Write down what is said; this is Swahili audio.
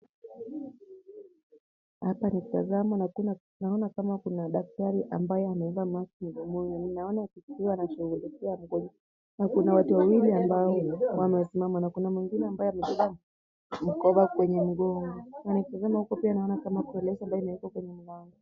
Hapa nikitazama naona kama kuna daktari ambaye amevaa maski mdomoni. Naona akiwa anashughulikia mgonjwa na kuna watu wawili ambao wamesimama na kuna mwingine ambaye amebeba mkoba kwenye mgongo. Nikitazama pia naona